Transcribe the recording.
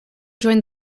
joined